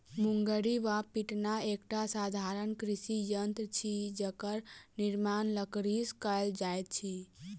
मुंगरी वा पिटना एकटा साधारण कृषि यंत्र अछि जकर निर्माण लकड़ीसँ कयल जाइत अछि